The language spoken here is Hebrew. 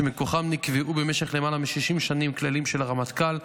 שמכוחם נקבעו במשך למעלה מ-60 שנים כללים של הרמטכ"ל.